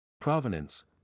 Provenance